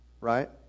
right